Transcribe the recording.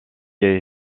est